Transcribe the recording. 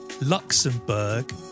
Luxembourg